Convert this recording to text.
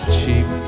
cheap